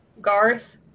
Garth